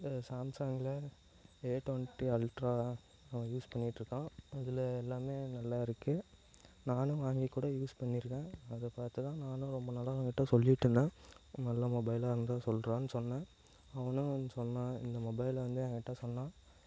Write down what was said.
இது சேம்சேங்கில் A twenty ultra அவன் யூஸ் பண்ணிட்டிருக்கான் அதில் எல்லாமே நல்லாயிருக்கு நானும் வாங்கி கூட யூஸ் பண்ணியிருக்கேன் அது பார்த்து தான் நானும் ரொம்ப நாளாக அவன்கிட்ட சொல்லிட்டிருந்தேன் ஒரு நல்ல மொபைலாக இருந்தால் சொல்கிறான்னு சொன்னேன் அவனும் சொன்னான் இந்த மொபைலை வந்து எங்கிட்ட சொன்னான்